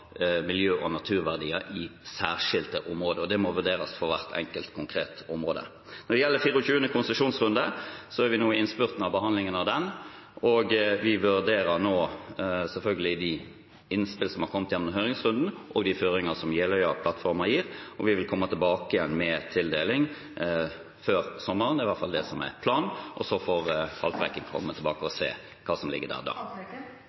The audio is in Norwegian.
miljø- og naturverdier i særskilte områder, og det må vurderes for hvert enkelt, konkrete område. Når det gjelder 24. konsesjonsrunde, er vi nå i innspurten av behandlingen av den. Vi vurderer nå selvfølgelig de innspillene som er kommet gjennom høringsrunden, og de føringene som Jeløya-plattformen gir. Vi vil komme tilbake igjen med tildeling før sommeren, det er i hvert fall det som er planen, og så får Haltbrekken komme tilbake og se hva som ligger der da.